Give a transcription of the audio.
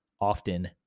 often